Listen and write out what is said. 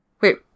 Wait